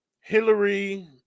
Hillary